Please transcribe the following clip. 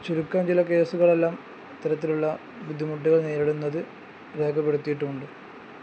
ചുരുക്കം ചില കേസുകളെല്ലാം ഇത്തരത്തിലുള്ള ബുദ്ധിമുട്ടുകൾ നേരിടുന്നത് രേഖപ്പെടുത്തിയിട്ടുമുണ്ട്